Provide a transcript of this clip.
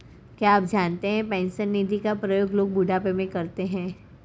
क्या आप जानते है पेंशन निधि का प्रयोग लोग बुढ़ापे में करते है?